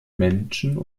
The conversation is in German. menschen